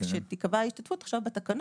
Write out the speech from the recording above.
וכשתיקבע ההשתתפות עכשיו בתקנות,